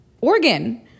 organ